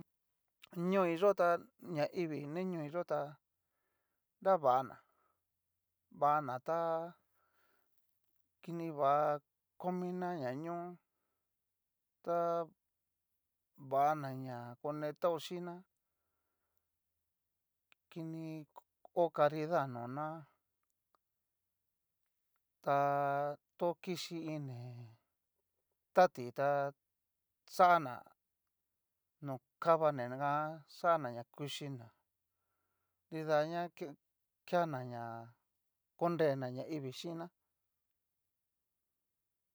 Ñoiyó tá ñaivii ni ñoiyó tá, nra vana vanatá. kini vá komina nañó, ta vana ña konetao chín'na kini ho caridad noná ta. to kichí in né. tatí ta xana no kana nigan xana na kuchína, nrida ña keana ñá konrena ñaivii chín'na.